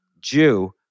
Jew